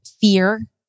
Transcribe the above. fear